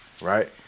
right